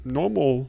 normal